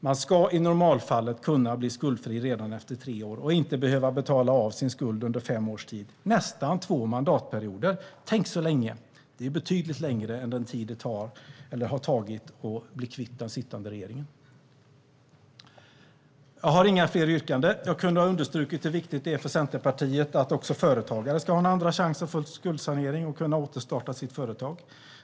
Man ska i normalfallet kunna bli skuldfri redan efter tre år och inte behöva betala av sin skuld under fem års tid, nästan två mandatperioder - tänk så länge. Det är betydligt längre än den tid det tar att bli kvitt den sittande regeringen. Jag har inga fler yrkanden. Jag kunde ha understrukit hur viktigt det är för Centerpartiet att också företagare ska ha en andra chans att få skuldsanering och kunna återstarta sitt företag.